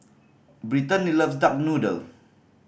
Brittaney loves duck noodle